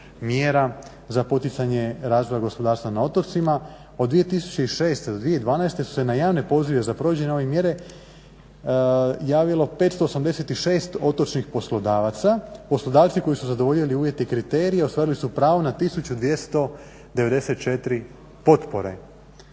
mjera za poticanje razvoja gospodarstva na otocima. Od 2006. do 2012. su se na javne pozive za provođenje javne mjere javilo 586 otočnih poslodavaca. Poslodavci koji su zadovoljili uvjete i kriterije ostvarili su pravo na 1294 potpore.